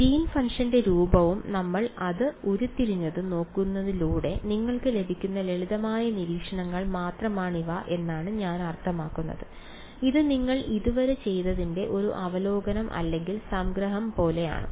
green ഫംഗ്ഷന്റെ Green's funciton രൂപവും നമ്മൾ അത് ഉരുത്തിരിഞ്ഞതും നോക്കുന്നതിലൂടെ നിങ്ങൾക്ക് ലഭിക്കുന്ന ലളിതമായ നിരീക്ഷണങ്ങൾ മാത്രമാണിവ എന്നാണ് ഞാൻ അർത്ഥമാക്കുന്നത് ഇത് നിങ്ങൾ ഇതുവരെ ചെയ്തതിന്റെ ഒരു അവലോകനം അല്ലെങ്കിൽ സംഗ്രഹം പോലെയാണ്